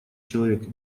человек